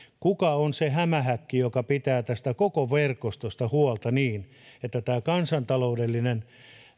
kuka on se hämähäkki joka pitää tästä koko verkostosta huolta niin että tämä kansantaloudellinen